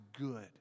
good